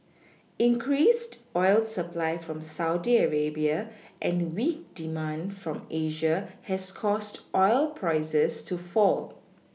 increased oil supply from Saudi Arabia and weak demand from Asia has caused oil prices to fall